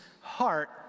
heart